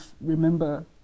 remember